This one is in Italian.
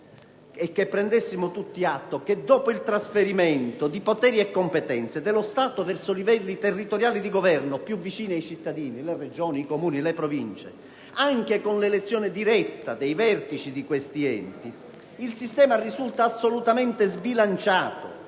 e che prendessimo tutti atto del fatto che dopo il trasferimento di poteri e competenze dello Stato verso livelli di territoriali di Governo più vicini ai cittadini - le Regioni, i Comuni, le Province - anche con l'elezione diretta dei vertici di questi enti, il sistema risulta assolutamente sbilanciato: